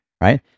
Right